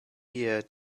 year